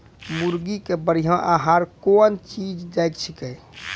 मुर्गी के बढ़िया आहार कौन चीज छै के?